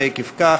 ועקב כך,